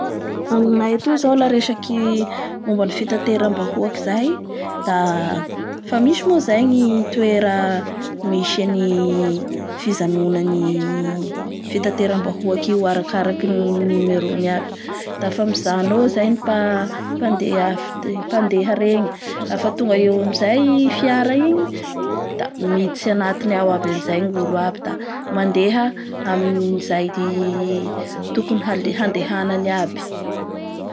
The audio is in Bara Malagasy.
Aminay atoy zao la resaky momba ny fitaterambahoaky zay, da fa misy moa zay ny toera misy any fijanonan'ny fitaterambahoaky io, arakarakay ny numerony aby dafa mijano eo zay mpandeha reny da lafa tonga eo amizay i fiara igny da mditsy anatiny ao aby amizay ny olo aby da mandeha amin'ny zay tokony hande-handehanany aby.